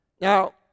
now